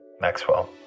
Maxwell